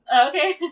Okay